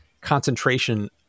concentration